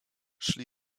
szli